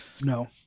no